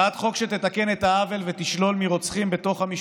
הצעת חוק שתתקן את העוול ותשלול מרוצחים בתוך המשפחה,